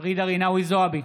ג'ידא רינאוי זועבי,